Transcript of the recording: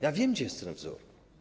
Ja wiem, gdzie jest ten wzór.